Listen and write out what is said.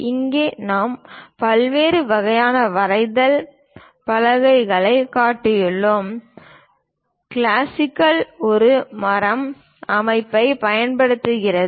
இங்கே நாம் பல்வேறு வகையான வரைதல் பலகைகளைக் காட்டியுள்ளோம் கிளாசிக்கல் ஒரு மர அமைப்பைப் பயன்படுத்துகிறது